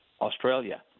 Australia